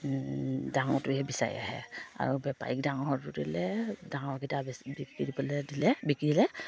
ডাঙৰটোৱে বিচাৰি আহে আৰু বেপাৰিক ডাঙৰটো দিলে ডাঙৰকেইটা বেছি বিক্ৰী কৰি পেলাই দিলে বিকিলে